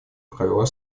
провела